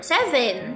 Seven